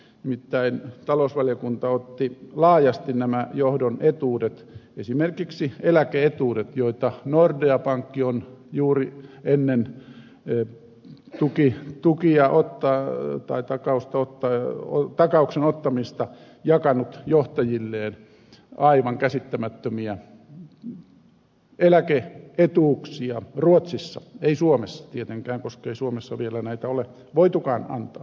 nimittäin talousvaliokunta otti laajasti esille nämä johdon etuudet esimerkiksi eläke etuudet joita nordea pankki on juuri ennen eu tuki tukia on päällä tai takaustuottaja takauksen ottamista jakanut johtajilleen aivan käsittämättömiä eläke etuuksia ruotsissa ei suomessa tietenkään koska ei suomessa vielä näitä ole voitukaan antaa